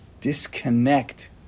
disconnect